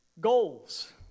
Goals